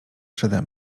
przede